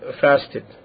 fasted